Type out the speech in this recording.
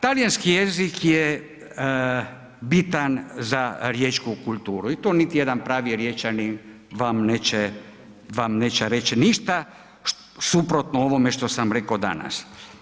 Talijanski jezik je bitan za riječku kulturu i to niti jedan pravi Riječanin vam neće reći ništa suprotno ovome što sam rekao danas.